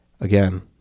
Again